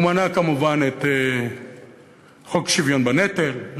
הוא מנה כמובן את חוק שוויון בנטל,